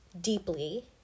deeply